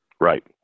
right